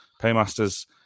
paymasters